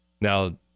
Now